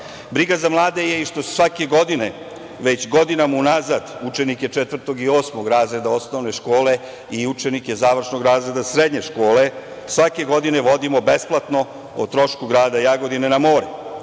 za mlade je i što svake godine već godinama unazad učenike četvrtog i osmog razreda osnovne škole i učenike završnog razreda srednje škole svake godine vodimo besplatno o trošku grada Jagodine na more.